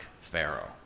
Pharaoh